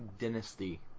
dynasty